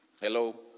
Hello